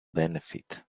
benefit